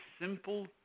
simple